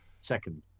second